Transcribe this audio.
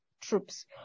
troops